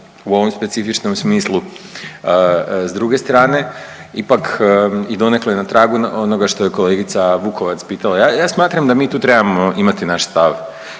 u ovom specifičnom smislu s druge strane. Ipak donekle na tragu onoga što je kolegica Vukovac pitala, ja smatram da mi tu trebamo imati naš stav